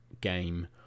game